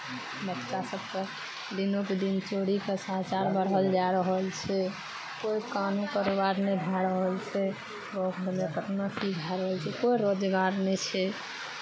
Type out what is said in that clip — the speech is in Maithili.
बच्चा सभके दिनोक दिन चोरीके सञ्चार बढ़ल जा रहल छै कोइ कानू कारोबार नहि भए रहल छै कतना की भए रहल छै कोइ रोजगार नहि छै